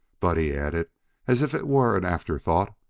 but, he added as if it were an afterthought,